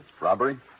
Robbery